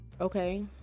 okay